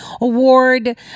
award